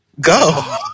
go